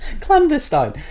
clandestine